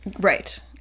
Right